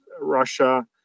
Russia